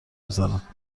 میزنند